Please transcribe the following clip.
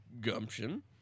gumption